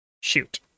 Shoot